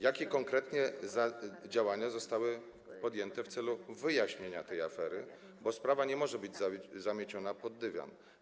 Jakie konkretnie działania zostały podjęte w celu wyjaśnienia tej afery, bo sprawa nie może być zamieciona pod dywan?